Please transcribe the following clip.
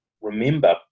remember